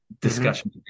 discussion